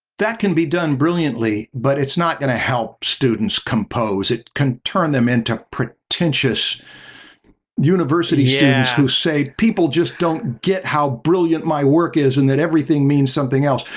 that can be done brilliantly but it's not going to help students compose. it can turn them into pretentious university students yeah who say people just don't get how brilliant my work is and that everything means something else,